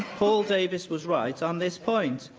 paul davies was right on this point.